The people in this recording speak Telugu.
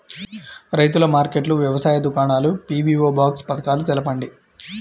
రైతుల మార్కెట్లు, వ్యవసాయ దుకాణాలు, పీ.వీ.ఓ బాక్స్ పథకాలు తెలుపండి?